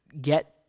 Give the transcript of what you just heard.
get